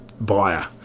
buyer